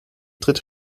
dritte